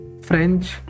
French